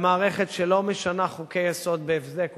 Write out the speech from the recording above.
במערכת שלא משנה חוקי-יסוד בהבזק ובן-לילה,